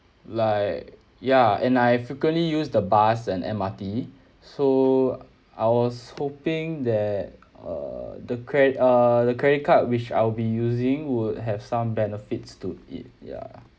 like ya and I frequently use the bus and M_R_T so I was hoping that err the cre~ uh the credit card which I'll be using would have some benefits to it ya